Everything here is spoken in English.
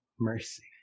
mercy